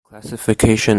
classification